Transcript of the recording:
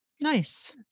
nice